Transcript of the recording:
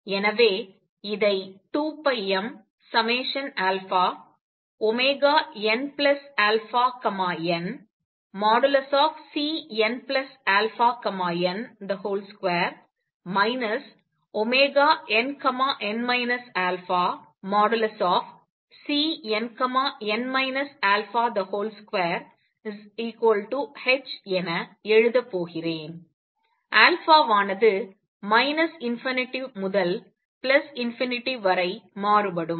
எனவே இதை 2πmnαn|Cnαn |2 nn α|Cnn α |2h என எழுதப் போகிறேன் வானது ∞ முதல் வரை மாறுபடும்